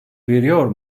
veriyor